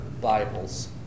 Bibles